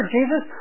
Jesus